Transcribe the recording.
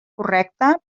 correcte